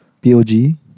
P-O-G